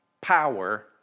power